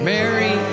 Mary